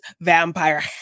vampire